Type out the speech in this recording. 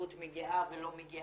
הנציבות מגיעה או לא מגיעה.